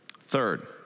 Third